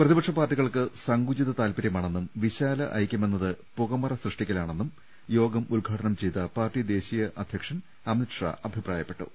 പ്രതിപക്ഷ പാർട്ടികൾക്ക് സങ്കു ചിത താല്പര്യമാണെന്നും വിശാല ഐക്യമെന്നത് പുകമറ സൃഷ്ടിക്കലാണെന്നും യോഗം ഉദ്ഘാടനം ചെയ്ത പാർട്ടി ദേശീയ അധ്യക്ഷൻ അമിത് ഷാ അഭിപ്രായപ്പെട്ടു